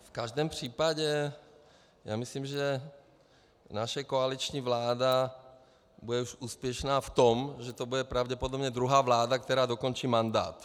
V každém případě myslím, že naše koaliční vláda bude úspěšná už v tom, že to bude pravděpodobně druhá vláda, která dokončí mandát.